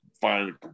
find